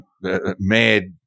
mad